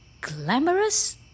glamorous